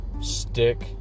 Stick